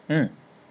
mm